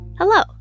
Hello